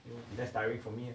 it will be less tiring for me